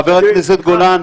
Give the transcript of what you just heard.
למה לצעוק?